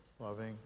Loving